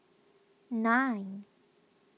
nine